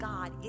God